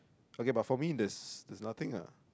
okay but for me there's there's nothing ah